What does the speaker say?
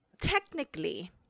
Technically